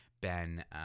Ben